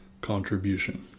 contribution